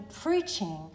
preaching